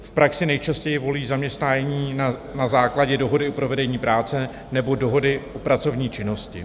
V praxi nejčastěji volí zaměstnání na základě dohody o provedení práce nebo dohody o pracovní činnosti.